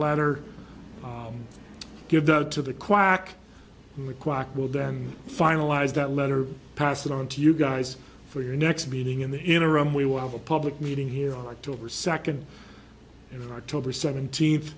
letter give that to the quack quack will then finalize that letter pass it on to you guys for your next meeting in the interim we will have a public meeting here are two of our second in october seventeenth